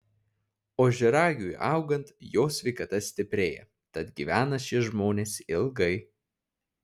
ožiaragiui augant jo sveikata stiprėja tad gyvena šie žmonės ilgai